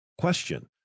question